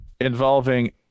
involving